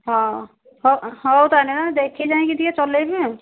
ହଁ ହଉ ହଉ ତା'ହେନେ ଦେଖି ଚାହିଁକି ଟିକେ ଚଲାଇବେ ଆଉ